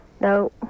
no